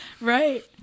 Right